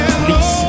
please